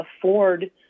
afford